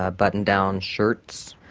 ah button downed shirts,